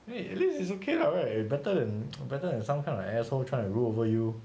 !hey! at least it's okay lah right eh better than eh better than some kind of an asshole that tries to rule over you